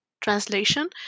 translation